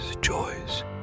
joys